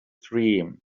dream